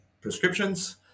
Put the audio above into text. prescriptions